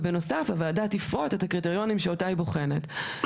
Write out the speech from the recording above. ובנוסף הוועדה תפרוט את הקריטריונים שאותה היא בוחנת.